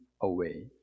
away